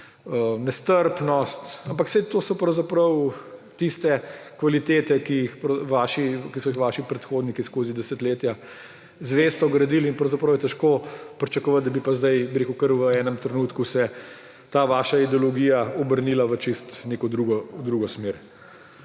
nestrpnost. Ampak to so pravzaprav tiste kvalitete, ki so jih vaši predhodniki skozi desetletja zvesto gradili; in pravzaprav je težko pričakovati, da bi pa zdaj, kar v enem trenutku se ta vaša ideologija obrnila v čisto drugo smer.